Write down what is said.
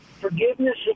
Forgiveness